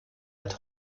hat